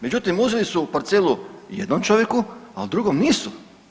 Međutim, uzeli su parcelu jednom čovjeku, al drugom nisu.